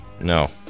No